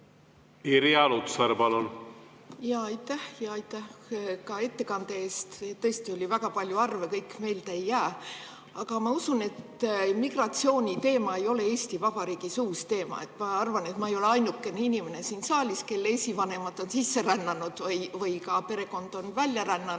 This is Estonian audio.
seda? Aitäh! Ja aitäh ka ettekande eest! Tõesti oli väga palju arve, kõik meelde ei jää. Aga ma usun, et migratsiooniteema ei ole Eesti Vabariigis uus teema. Ma arvan, et ma ei ole ainukene inimene siin saalis, kelle esivanemad on sisse rännanud või perekond on välja rännanud.